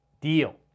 deal